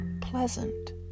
pleasant